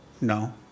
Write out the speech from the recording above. No